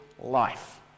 life